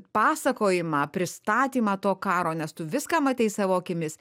pasakojimą pristatymą to karo nes tu viską matei savo akimis